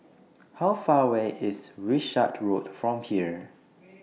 How Far away IS Wishart Road from here